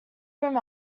room